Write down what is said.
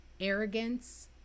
arrogance